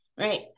right